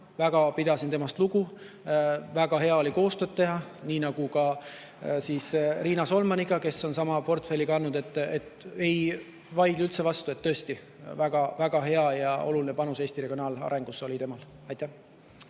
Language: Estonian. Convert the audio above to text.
mina pidasin temast lugu, väga hea oli koostööd teha. Nii nagu ka Riina Solmaniga, kes on sama portfelli kandnud. Ei vaidle üldse vastu, tõesti väga hea ja oluline panus Eesti regionaalarengusse oli ka temal. Nii